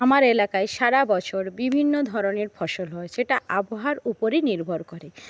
আমার এলাকায় সারা বছর বিভিন্ন ধরনের ফসল হয় সেটা আবহাওয়ার ওপরেই নির্ভর করে